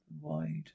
wide